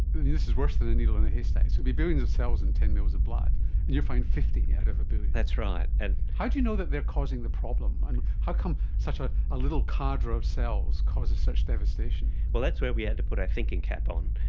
this is worse than a needle in a haystack. so there'd be billions of cells in ten mls of blood and you find fifty out of a billion. that's right. and how do you know that they are causing the problem and how come such a a little cadre of cells causes such devastation? that's where we had to put our thinking cap on,